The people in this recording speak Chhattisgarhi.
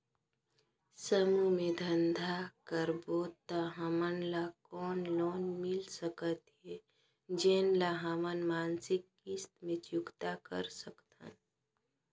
समूह मे धंधा करबो त हमन ल कौन लोन मिल सकत हे, जेन ल हमन मासिक किस्त मे चुकता कर सकथन?